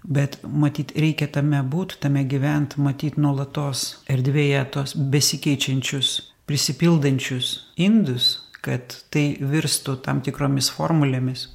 bet matyt reikia tame būt tame gyvent matyt nuolatos erdvėje tuos besikeičiančius prisipildančius indus kad tai virstų tam tikromis formulėmis